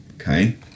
okay